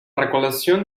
recolección